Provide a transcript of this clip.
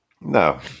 No